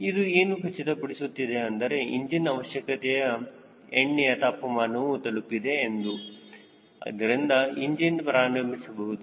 ಇದು ಏನು ಖಚಿತಪಡಿಸುತ್ತದೆ ಅಂದರೆ ಇಂಜಿನ್ ಅವಶ್ಯಕ ಎಣ್ಣೆಯ ತಾಪಮಾನವನ್ನು ತಲುಪಿದೆ ಎಂದು ಇದರಿಂದ ಇಂಜಿನ್ ಪ್ರಾರಂಭಿಸಬಹುದು